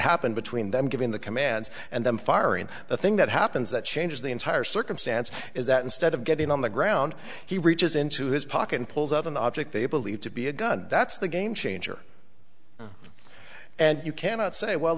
happened between them giving the commands and then firing the thing that happens that changes the entire circumstance is that instead of getting on the ground he reaches into his pocket and pulls of an object they believe to be a gun that's the game changer and you cannot say well